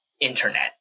internet